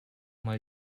mal